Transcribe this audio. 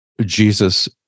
Jesus